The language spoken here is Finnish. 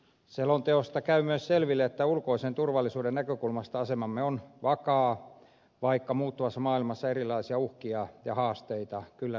selonteosta käy myös selville että ulkoisen turvallisuuden näkökulmasta asemamme on vakaa vaikka muuttuvassa maailmassa erilaisia uhkia ja haasteita kyllä riittää